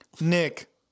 Nick